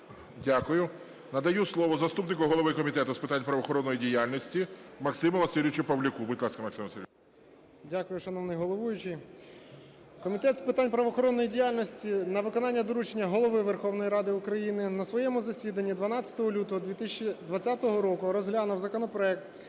Дякую. Надаю слово заступнику голови Комітету з питань правоохоронної діяльності Максиму Васильовичу Павлюку. Будь ласка, Максиме Васильовичу. 12:45:20 ПАВЛЮК М.В. Дякую, шановний головуючий. Комітет з питань правоохоронної діяльності на виконання доручення Голови Верховної Ради України на своєму засіданні 12 лютого 2020 року розглянув законопроект